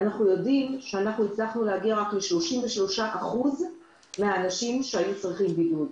אנחנו רואים שהצלחנו להגיע רק ל-33% מהאנשים שהיו צריכים בידוד.